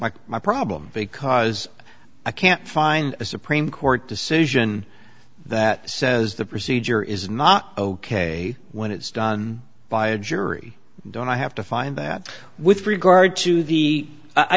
mike my problem because i can't find a supreme court decision that says the procedure is not ok when it's done by a jury don't i have to find that with regard to the i